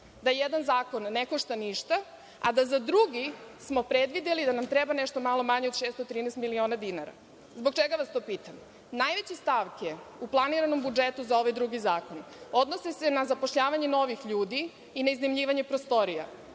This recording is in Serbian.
da jedan zakon ne košta ništa, a da za drugi smo predvideli da nam treba nešto malo manje od 613 miliona dinara? Zbog čega to pitam? Najveće stavke u planiranom budžetu za ovaj drugi zakon odnose se na zapošljavanje novih ljudi i na iznajmljivanje prostorija.